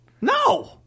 No